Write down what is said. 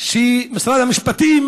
שגם משרד המשפטים